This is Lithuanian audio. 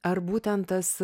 ar būtent tas